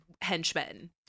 henchmen